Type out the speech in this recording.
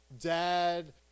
Dad